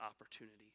opportunity